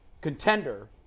contender